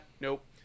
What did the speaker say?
Nope